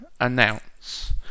announce